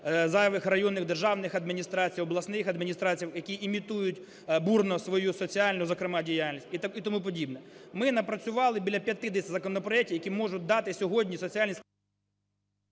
зайвих районних державних адміністрацій, обласних адміністрацій, які імітують бурно свою соціальну, зокрема, діяльність і тому подібне. Ми напрацювали біля 50 законопроектів, які можуть дати сьогодні соціальний…